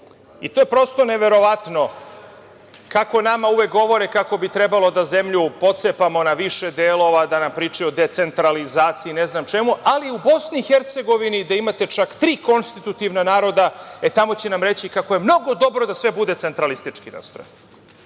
idu. To je prosto neverovatno, kako nama uvek govore kako bi trebalo da zemlju pocepamo na više delova, da nam pričaju o decentralizaciji, ne znam čemu, ali u BiH, gde imate čak tri konstitutivna naroda, e tamo će nam reći kako je mnogo dobro da sve bude centralistički nastrojeno.